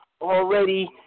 already